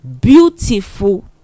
beautiful